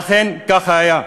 ואכן ככה היה.